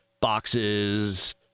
boxes